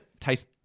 tastes